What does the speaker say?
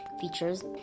features